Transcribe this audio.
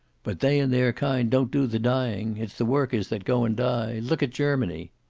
but they and their kind don't do the dying. it's the workers that go and die. look at germany!